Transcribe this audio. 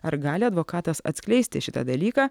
ar gali advokatas atskleisti šitą dalyką